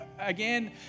again